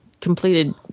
completed